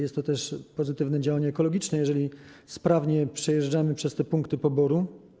Jest to też pozytywne działanie ekologiczne, jeżeli sprawnie przejeżdżamy przez punkty poboru.